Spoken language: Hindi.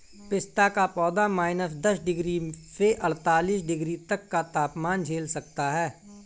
पिस्ता का पौधा माइनस दस डिग्री से अड़तालीस डिग्री तक का तापमान झेल सकता है